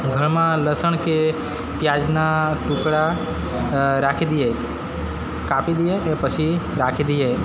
ઘરમાં લસણ કે પ્યાજના ટુકડા રાખી દીએ કાપી દીએ અને પછી રાખી દઈએ